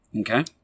Okay